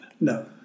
No